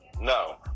No